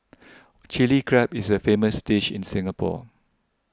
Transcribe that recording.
Chilli Crab is a famous dish in Singapore